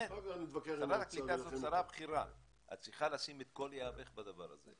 שרת קליטה היא שרה בכירה ואת צריכה לשים את כל יהבך בדבר הזה.